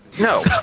No